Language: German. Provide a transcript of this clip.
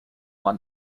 man